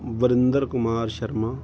Varinder Kumar Sharma